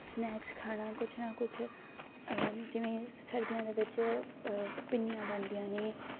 snacks ਖਾਣਾ ਕੁਝ ਨਾ ਕੁਝ ਜਿਵੇਂ ਸਰਦੀਆਂ ਦੇ ਵਿੱਚ ਪਿੰਨੀਆਂ ਬਣਦੀਆਂ ਨੇ